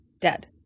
dead